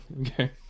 okay